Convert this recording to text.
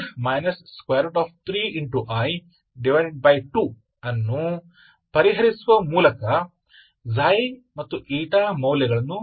11 3i2 ಅನ್ನು ಪರಿಹರಿಸುವ ಮೂಲಕ ಮೌಲ್ಯಗಳನ್ನು ಪರಿಗಣಿಸಿ